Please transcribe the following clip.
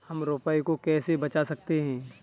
हम रुपये को कैसे बचा सकते हैं?